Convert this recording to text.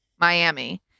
Miami